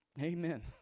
Amen